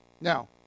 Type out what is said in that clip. now